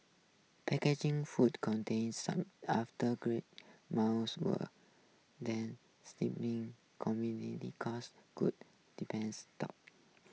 packaging food contains some after great mouth were then steepening commodity costs could depend stop